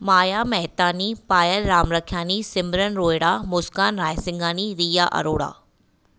Maya Mehtani Payal Ramrakhiani Simran Rohira Muskan Raisinghani Riya Arora